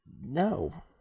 no